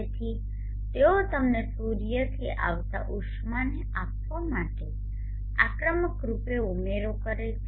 તેથી તેઓ તમને સૂર્યથી આવતા ઉષ્માને આપવા માટે આક્રમક રૂપે ઉમેરો કરે છે